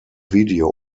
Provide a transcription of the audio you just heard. video